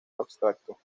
abstracto